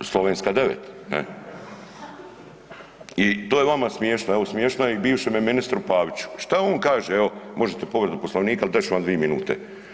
Slovenska 9. I to je vama smiješno, evo smiješno je i bivšemu ministru Paviću, šta on kaže možete povredu Poslovnika al dat ću vam 2 minute.